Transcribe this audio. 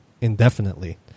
indefinitely